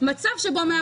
אנחנו מייצרים מצב,